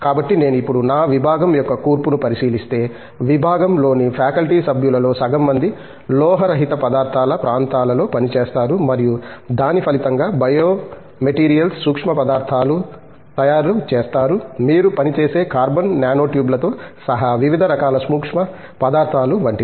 కాబట్టి నేను ఇప్పుడు నా విభాగం యొక్క కూర్పును పరిశీలిస్తే విభాగం లోని ఫ్యాకల్టీ సభ్యులలో సగం మంది లోహరహిత పదార్థాల ప్రాంతాలలో పని చేస్తారు మరియు దాని ఫలితంగా బయోమెటీరియల్స్ సూక్ష్మ పదార్ధాలు తయారు చేస్తారు మీరు పనిచేసే కార్బన్ నానోట్యూబ్లతో సహా వివిధ రకాల సూక్ష్మ పదార్ధాలు వంటివి